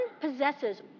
possesses